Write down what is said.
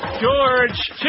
George